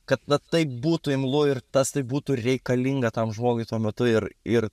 kad na taip būtų imlu ir tas tai būtų reikalinga tam žmogui tuo metu ir ir